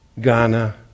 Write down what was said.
Ghana